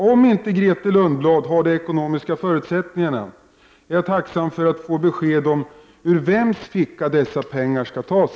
Om inte Grethe Lundblad har ekonomiska förutsättningar att göra det, är jag tacksam för att få besked om ur vems ficka pengarna skall tas.